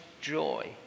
joy